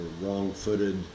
wrong-footed